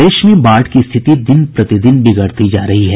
प्रदेश में बाढ़ की स्थिति दिन प्रति दिन बिगड़ती जा रही है